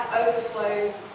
overflows